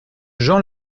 jean